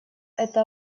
эта